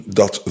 dat